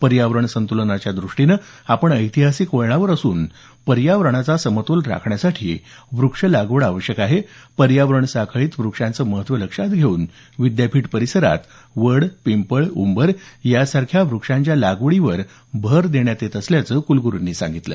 पर्यावरण संतुलनाच्या दृष्टीनं आपण ऐतिहासिक वळणावर असून पर्यावरणाचा समतोल राखण्याकरता व्रक्ष लागवड करणं गरजेचं आहे पर्यावरण साखळीत वृक्षांचं महत्त्व लक्षात घेऊन विद्यापीठ परिसरात वड पिंपळ उंबर या सारख्या व्रक्षांच्या लागवडीवरही भर देण्यात येत असल्याचं कुलग्रु म्हणाले